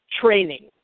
training